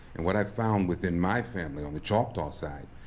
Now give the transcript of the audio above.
and what i found within my family, on the choctaw side,